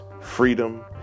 freedom